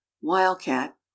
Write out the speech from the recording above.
wildcat